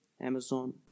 Amazon